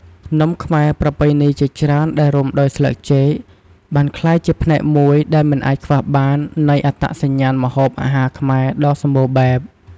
នំខ្មែរប្រពៃណីជាច្រើនដែលរុំដោយស្លឹកចេក បានក្លាយជាផ្នែកមួយដែលមិនអាចខ្វះបាននៃ អត្តសញ្ញាណម្ហូបអាហារខ្មែរ ដ៏សម្បូរបែប។